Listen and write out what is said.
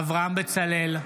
אברהם בצלאל,